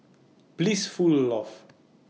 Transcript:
Blissful Loft